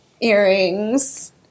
earrings